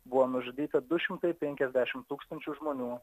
buvo nužudyta du šimtai penkiasdešim tūkstančių žmonių